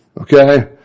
okay